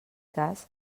cas